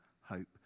hope